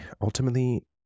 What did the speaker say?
Ultimately